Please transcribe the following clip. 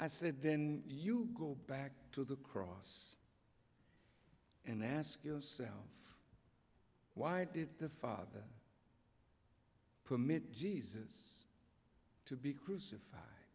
i said then you go back to the cross and ask yourself why did the father permit jesus to be crucified